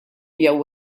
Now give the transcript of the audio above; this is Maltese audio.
jew